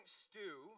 stew